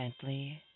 gently